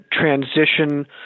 transition